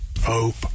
hope